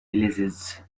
villages